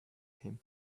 him